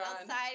outside